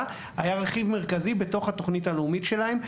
היה רכיב מרכזי בתוך התוכנית הלאומית שלהם,